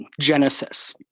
Genesis